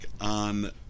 on